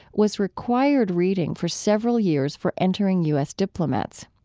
was required reading for several years for entering u s. diplomats.